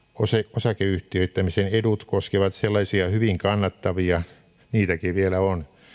osakeyhtiöittämisen edut koskevat sellaisia hyvin kannattavia niitäkin vielä on